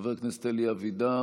חבר הכנסת אלי אבידר,